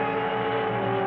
em